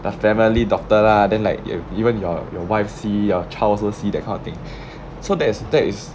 your family doctor lah then like you and your your wife see your child also see that kind of thing so that is that is